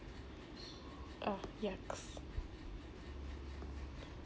uh yucks